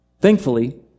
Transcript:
Thankfully